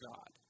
God